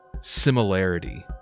similarity